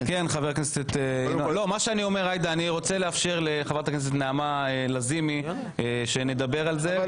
אני אומר שאני רוצה לאפשר לחברת הכנסת נעמה לזימי שנדבר על זה.